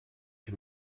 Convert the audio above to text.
can